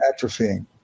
atrophying